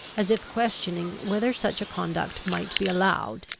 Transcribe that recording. as if questioning whether such a conduct might be allowed,